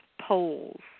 polls